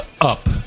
Up